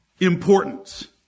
importance